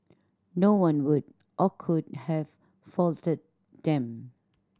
no one would or could have faulted them